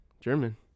German